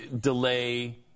delay